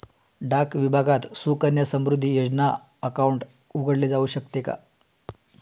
डाक विभागात सुकन्या समृद्धी योजना अकाउंट उघडले जाऊ शकते का?